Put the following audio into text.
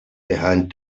behind